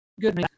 good